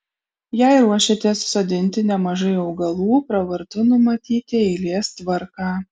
jei ruošiatės sodinti nemažai augalų pravartu numatyti eilės tvarką